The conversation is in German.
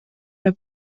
der